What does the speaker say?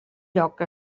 lloc